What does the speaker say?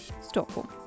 Stockholm